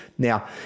Now